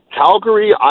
Calgary